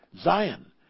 Zion